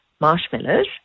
marshmallows